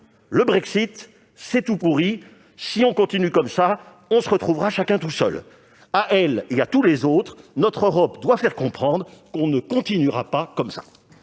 Le Brexit, c'est tout pourri : si on continue comme cela, on se retrouvera chacun tout seul. » À elle et à tous les autres, notre Europe doit faire comprendre que l'on ne continuera pas ainsi !